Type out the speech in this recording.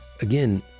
Again